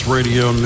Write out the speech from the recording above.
Radio